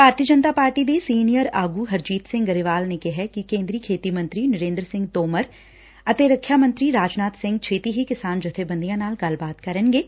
ਭਾਰਤੀ Janata party ਦੇ senior ਆਗੁ ਹਰਜੀਤ ਸਿੰਘ ਗਰੇਵਾਲ ਨੇ ਕਿਹਾ ਕਿ ਕੇ ਂਦਰੀ ਖੇਤੀ ਮੰਤਰੀ ਨਰਿੰਦਰ ਸਿੰਘ ਤੋਮਰ ਅਤੇ ਰੱਖਿਆ ਮੰਤਰੀ ਰਾਜਨਾਥ ਸਿੰਘ ਛੇਤੀ ਹੀ ਕਿਸਾਨ ਜੱਥੇਬੰਦੀਆਂ ਨਾਲ ਗੱਲਬਾਤ ਕਰਨਗੇ